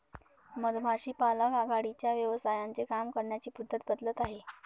मधमाशी पालक आघाडीच्या व्यवसायांचे काम करण्याची पद्धत बदलत आहे